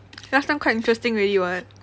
last time quite interesting already [what]